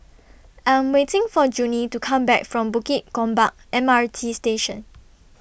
I'm waiting For Junie to Come Back from Bukit Gombak M R T Station